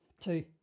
two